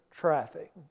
traffic